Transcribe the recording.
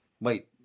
wait